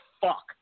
fuck